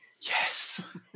yes